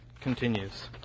continues